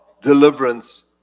deliverance